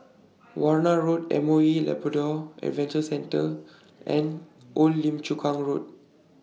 Warna Road M O E Labrador Adventure Centre and Old Lim Chu Kang Road